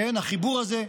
החיבור הזה,